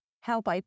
help